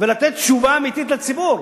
ולתת תשובה אמיתית לציבור.